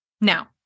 Now